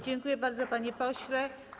Dziękuję bardzo, panie pośle.